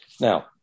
Now